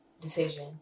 decision